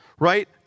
right